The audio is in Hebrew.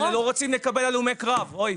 אבל הם לא רוצים לקבל הלומי קרב.